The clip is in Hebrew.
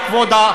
מה זה